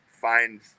find